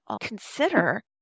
consider